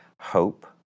hope